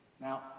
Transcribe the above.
Now